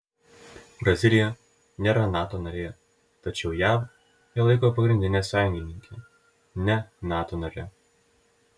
brazilija nėra nato narė tačiau jav ją laiko pagrindine sąjungininke ne nato nare